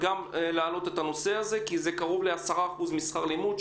להעלות את הנושא הזה כי מדובר ב-10% משכר הלימודים.